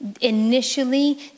initially